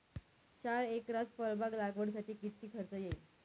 चार एकरात फळबाग लागवडीसाठी किती खर्च येईल?